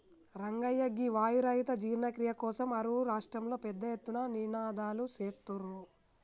రంగయ్య గీ వాయు రహిత జీర్ణ క్రియ కోసం అరువు రాష్ట్రంలో పెద్ద ఎత్తున నినాదలు సేత్తుర్రు